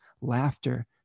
laughter